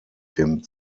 dem